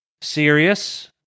serious